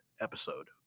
episode